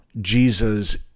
jesus